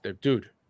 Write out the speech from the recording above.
dude